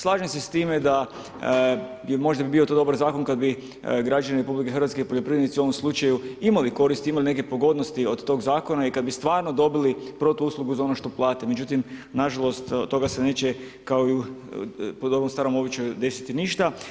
Slažem se s time da bi to možda bio dobar zakon, kada bi građani RH i poljoprivrednici u ovom slučaju, imali koristi, imali neke pogodnosti od tog zakona i kada bi stvarno dobili protuuslugu za ono što plate, međutim, nažalost od toga se neće, kao i u po dobrom starom običaju desiti ništa.